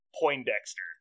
Poindexter